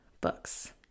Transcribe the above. books